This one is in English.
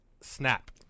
snap